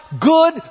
good